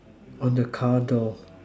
on the car door